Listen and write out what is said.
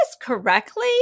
correctly